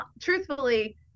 truthfully